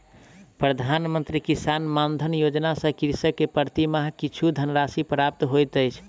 प्रधान मंत्री किसान मानधन योजना सॅ कृषक के प्रति माह किछु धनराशि प्राप्त होइत अछि